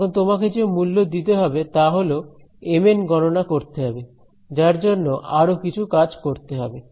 এখন তোমাকে যে মূল্য দিতে হবে তা হল mn গণনা করতে হবে যার জন্য আরো কিছু কাজ করতে হবে